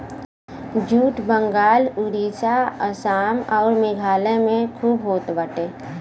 jute Bengal Orissa Assam अउर मेघालय में खूब होत बाटे